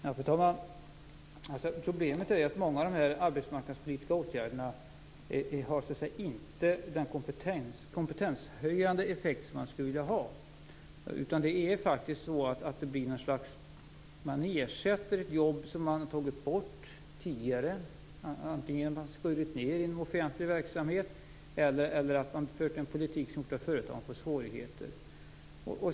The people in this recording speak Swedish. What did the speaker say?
Fru talman! Problemet är att många av de arbetsmarknadspolitiska åtgärderna inte har den kompetenshöjande effekt som man skulle vilja ha, utan man ersätter ett jobb som man tidigare tagit bort. Antingen har man skurit ned i offentlig verksamhet eller fört en politik som gjort att företag får svårigheter.